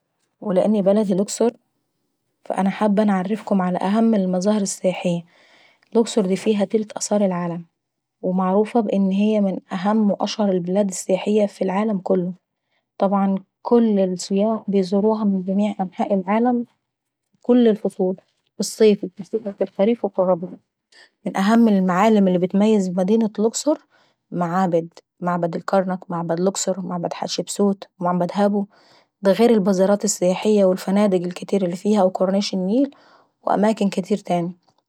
ولان بلدي الاقصر فانا حابة نعرفكم على اهم المظاهر السياحيي. الاقصر داي فيها تلت اثار العالم ومعروفة ان هي من اهم واشهر البلاد السياحية في العالم كلو. وطبعا كل السياح بيزوروها من جميع انحاء العالم في كل الفصول في الصيف وفي الشتي وفي الخريف وفي الربيع. ومن اهم المعالم اللي بتتميز بيها مدينة الاقصر هي المعابد معبد الاقصر ومعبد الكرنك ومعبد هابو ومعبد حتشبسوت، ودا غير البزارات السياحيي والفنادق الكاتيرة اللي فيها وكورنيش النيل واماكن كاتيرة تاناي.